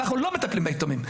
אנחנו לא מטפלים ביתומים,